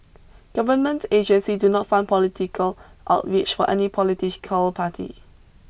government agencies do not fund political outreach for any political party